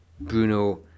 Bruno